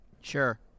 Sure